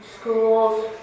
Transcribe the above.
schools